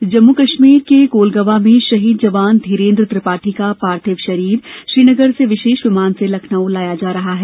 शहीद जम्मू कश्मीर के कोलगवां में शहीद जवान धीरेन्द्र त्रिपाठी का पार्थिव शरीर श्रीनगर से विशेष विमान से लखनऊ लाया जा रहा है